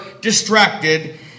distracted